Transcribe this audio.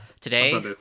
today